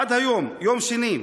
עד היום, יום שני,